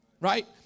Right